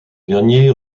dernier